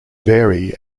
vary